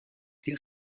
die